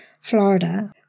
Florida